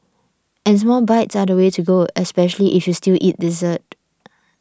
and small bites are the way to go especially if you still eat dessert